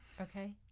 Okay